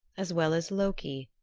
as well as loki,